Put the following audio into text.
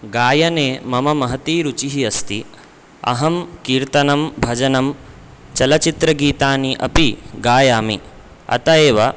गायने मम महती रुचिः अस्ति अहं कीर्तनं भजनं चलचित्रगीतानि अपि गायामि अत एव